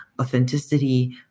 authenticity